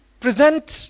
present